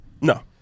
No